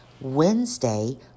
Wednesday